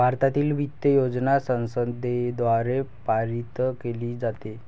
भारतातील वित्त योजना संसदेद्वारे पारित केली जाते